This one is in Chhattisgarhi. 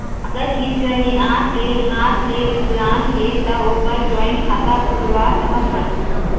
अगर हितग्राही आंख ले हाथ ले विकलांग हे ता ओकर जॉइंट खाता खुलवा सकथन?